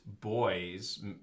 boys